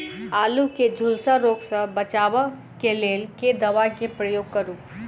आलु केँ झुलसा रोग सऽ बचाब केँ लेल केँ दवा केँ प्रयोग करू?